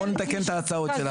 בואו נתקן את ההצעות.